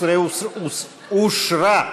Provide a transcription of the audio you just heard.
16 אושרה.